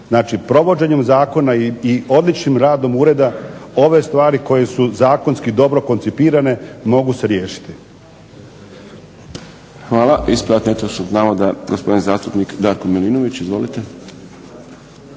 Znači provođenjem zakona i odličnim radom ureda ove stvari koje su zakonski dobro koncipirane mogu se riješiti. **Šprem, Boris (SDP)** Hvala. Ispravak netočnog navoda gospodin Darko Milinović. Izvolite.